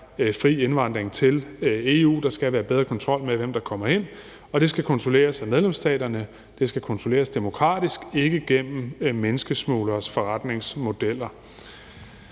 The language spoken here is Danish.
fri indvandring til EU. Der skal være bedre kontrol med, hvem der kommer ind, og det skal kontrolleres af medlemsstaterne; det skal kontrolleres demokratisk og ikke igennem menneskesmugleres forretningsmodeller.